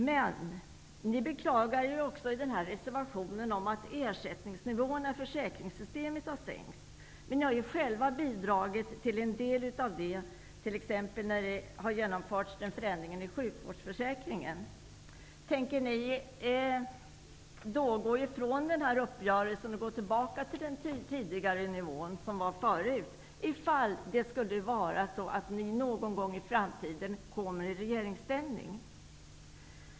Men ni beklagar också i denna reservation att ersättningsnivåerna i försäkringssystemet har sänkts. Men ni har själva bidragit till en del av det, t.ex. förändringen i sjukvårdsförsäkringen. Tänker ni gå ifrån denna uppgörelse och återgå till den tidigare nivån om ni någon gång i framtiden skulle komma i regeringsställning?